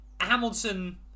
Hamilton